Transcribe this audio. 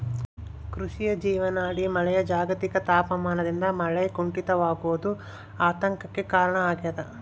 ಕೃಷಿಯ ಜೀವನಾಡಿ ಮಳೆ ಜಾಗತಿಕ ತಾಪಮಾನದಿಂದ ಮಳೆ ಕುಂಠಿತವಾಗೋದು ಆತಂಕಕ್ಕೆ ಕಾರಣ ಆಗ್ಯದ